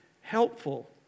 helpful